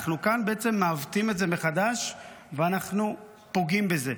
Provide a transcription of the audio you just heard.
אנחנו כאן בעצם מעוותים את זה מחדש ואנחנו פוגעים בזה.